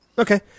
Okay